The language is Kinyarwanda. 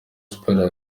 sports